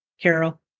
Carol